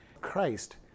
Christ